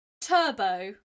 Turbo